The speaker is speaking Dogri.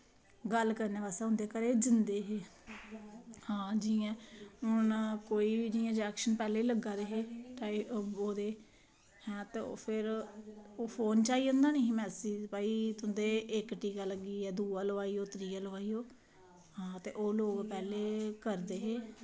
गल्ल करने ई उंदे घरै ई जंदे हे आं जियां हून कोई इंजेक्शन पैह्लें लग्गा दे हे ओह्दे ऐ ते फिर ओह् फोन च आई जंदा मैसेज ना की भई तुंदा इक्क टीका लग्गी गेआ दूआ लोआई ओ त्रिया लोआई ओ ते आं लोग पैह्लें करदे हे